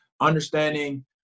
understanding